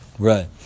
right